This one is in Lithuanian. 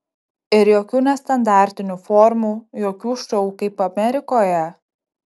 ir jokių nestandartinių formų jokių šou kaip amerikoje